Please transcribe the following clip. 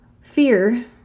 fear